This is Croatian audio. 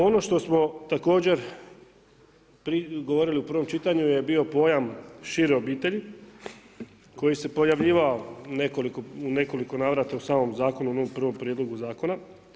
Ono što smo također govorili u prvom čitanju je bio pojam šire obitelji, koji se pojavljivao u nekoliko navrata u samom zakonu, u onom prvom prijedlogu zakona.